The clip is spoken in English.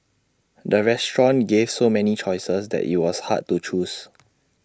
the restaurant gave so many choices that IT was hard to choose